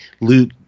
Luke